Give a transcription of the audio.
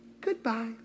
goodbye